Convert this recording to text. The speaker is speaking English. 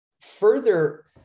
further